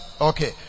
Okay